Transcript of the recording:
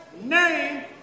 name